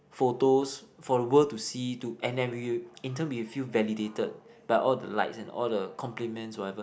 photos for the world to see to and and we'll in turn we will feel validated by all the likes and all the compliments whatever